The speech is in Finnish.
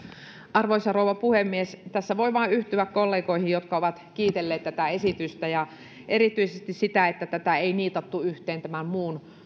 arvoisa rouva puhemies tässä voi vain yhtyä kollegoihin jotka ovat kiitelleet tätä esitystä ja erityisesti sitä että tätä ei niitattu yhteen muun